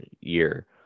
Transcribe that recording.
year